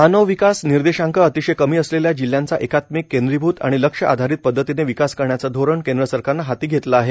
मानव विकास निर्देशांक अतिशय कमी असलेल्या जिल्ह्यांचा एकात्मिक केंद्रीभूत आणि लक्ष आधारित पध्दतीने विकास करण्याच धोरण केंद्र सरकारन हाती घेतले आहे